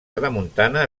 tramuntana